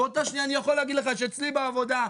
אני יכול להגיד לך שאצלי בעבודה,